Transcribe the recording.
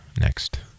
next